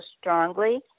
strongly